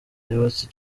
yubatse